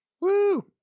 Woo